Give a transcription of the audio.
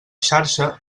xarxa